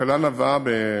התקלה נבעה